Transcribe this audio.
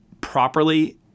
properly